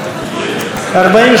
להביע אי-אמון בממשלה לא נתקבלה.